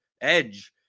edge